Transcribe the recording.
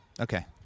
Okay